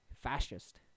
fascist